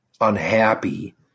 unhappy